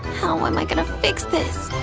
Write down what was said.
how am i gonna fix this?